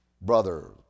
brother